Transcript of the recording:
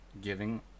Giving